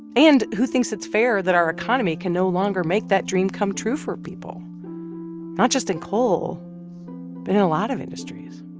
and who thinks it's fair that our economy can no longer make that dream come true for people not just in coal but in a lot of industries?